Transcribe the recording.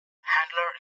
handler